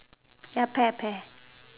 ya pear pear